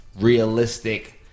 realistic